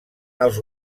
els